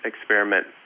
experiment